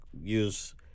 use